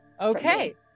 okay